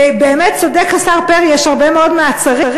באמת צודק השר פרי, יש הרבה מאוד מעצרים.